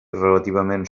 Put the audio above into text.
relativament